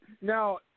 Now